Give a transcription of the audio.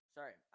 Sorry